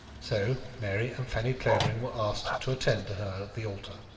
so mary and fanny clavering were asked to attend her at the altar.